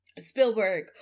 Spielberg